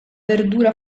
verdura